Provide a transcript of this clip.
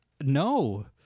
No